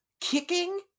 kicking